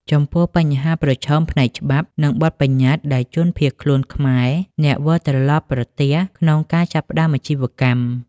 ចំពោះបញ្ហាប្រឈមផ្នែកច្បាប់ និងបទប្បញ្ញត្តិដែលជនភៀសខ្លួនខ្មែរ អ្នកវិលត្រឡប់ប្រទះក្នុងការចាប់ផ្តើមអាជីវកម្ម។